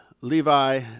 Levi